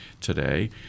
today